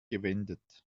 gewendet